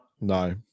No